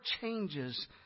changes